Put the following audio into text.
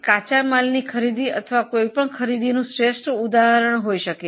કાચા માલ સામાનની અથવા ઘટકોની ખરીદી શ્રેષ્ઠ ઉદાહરણ છે